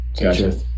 Gotcha